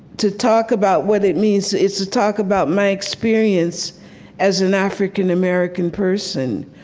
to talk about what it means is to talk about my experience as an african-american person,